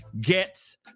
Get